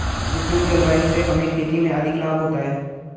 उपयुक्त जलवायु से हमें खेती में अधिक लाभ होता है